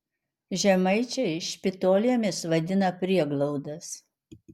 žemaičiai špitolėmis vadina prieglaudas